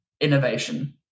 innovation